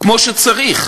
כמו שצריך.